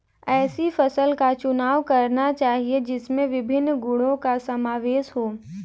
ऐसी फसल का चुनाव करना चाहिए जिसमें विभिन्न गुणों का समावेश हो